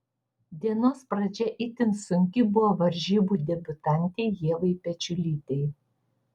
dienos pradžia itin sunki buvo varžybų debiutantei ievai pečiulytei